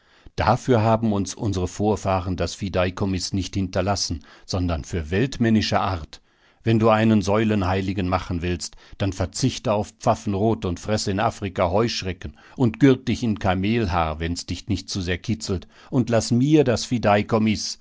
dafür haben uns unsere vorfahren das fideikommiß nicht hinterlassen sondern für weltmännische art wenn du einen säulenheiligen machen willst dann verzichte auf pfaffenrod und fress in afrika heuschrecken und gürt dich in kamelhaar wenn's dich nicht zu sehr kitzelt und laß mir das